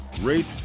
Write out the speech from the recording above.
rate